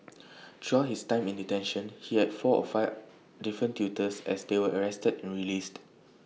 throughout his time in detention he had four or five different tutors as they were arrested and released